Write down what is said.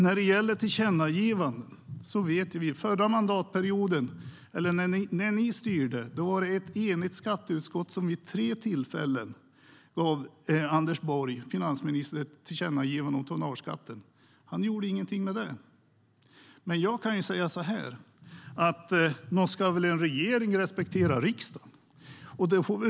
När det gäller tillkännagivanden vet vi att när ni styrde var det ett enigt skatteutskott som vid tre tillfällen gav Anders Borg, finansministern, ett tillkännagivande om tonnageskatt. Han gjorde ingenting med det. Nog ska väl en regering respektera riksdagen.